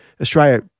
Australia